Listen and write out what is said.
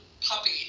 puppy